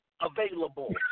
available